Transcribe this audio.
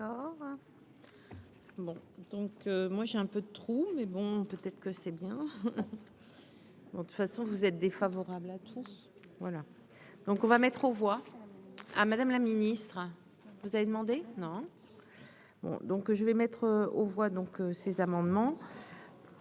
donc moi j'ai un peu trop mais bon peut être que c'est bien bon de toute façon vous êtes défavorable à tous voilà donc on va mettre aux voix à Madame la ministre, vous avez demandé non. Bon, donc je vais mettre aux voix, donc ces amendements.